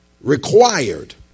required